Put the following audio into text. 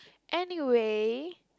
anyway